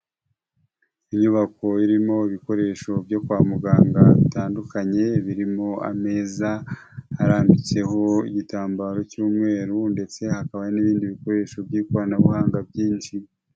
Inyubako irimo ibikoresho byo kwa muganga bitandukanye, birimo ameza, harambitseho igitambaro cy'umweru ndetse hakaba n'ibindi bikoresho by'ikoranabuhanga byinshi.